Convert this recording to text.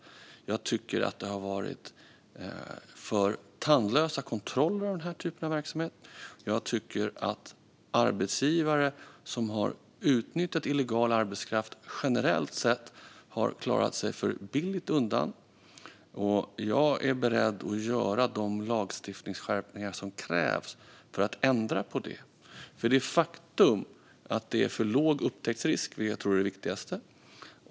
Jag tycker att det har varit för tandlösa kontroller av den här typen av verksamhet. Jag tycker att arbetsgivare som har utnyttjat illegal arbetskraft generellt sett har klarat sig för billigt undan, och jag är beredd att göra de lagstiftningsskärpningar som krävs för att ändra på det. Det är nämligen ett faktum att det är för låg upptäcktsrisk, vilket jag tror är det viktigaste.